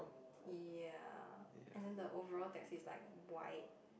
ya and then the overall taxi is like white